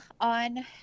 on